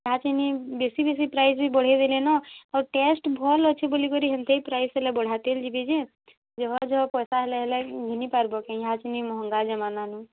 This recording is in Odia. ଇହାଚିନି ବେଶୀ ବେଶୀ ପ୍ରାଇସ୍ ବି ବଢ଼େଇ ଦେଲେନ ଆଉ ଟେଷ୍ଟ୍ ଭଲ୍ ଅଛେ ବୋଲିକରି ହେନ୍ତି ପ୍ରାଇସ୍ ହେଲେ ବଢ଼ାତେଲ୍ ଯିବେ ଯେ ଜହ ଜହ ପଏସା ହେଲେ ହେଲେ ଘିନିପାର୍ବ କେଁ ଇହାଚିନି ମହଙ୍ଗା ଜମାନାନୁ